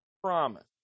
promise